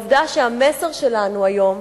עובדה שהמסר שלנו היום,